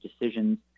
Decisions